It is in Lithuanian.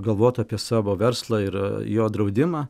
galvotų apie savo verslą ir jo draudimą